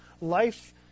Life